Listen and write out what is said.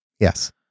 Yes